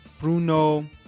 Bruno